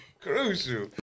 Crucial